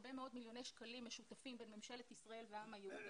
הרבה מאוד מיליוני שקלים משותפים בין ממשלת ישראל והעם היהודי,